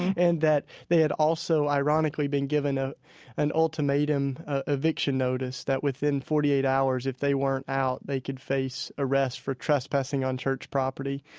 and that they had also, ironically, been given ah an ultimatum eviction notice that within forty eight hours, if they weren't out, they could face arrest for trespassing on church property.